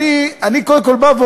כן, בוא נראה אם הם ירדו.